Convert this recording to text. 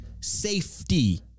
safety